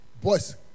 Boys